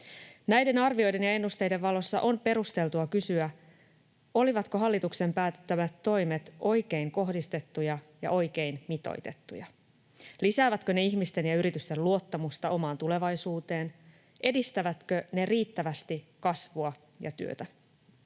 Näiden arvioiden ja ennusteiden valossa on perusteltua kysyä, olivatko hallituksen päättämät toimet oikein kohdistettuja ja oikein mitoitettuja, lisäävätkö ne ihmisten ja yritysten luottamusta omaan tulevaisuuteen, edistävätkö ne riittävästi kasvua ja työtä.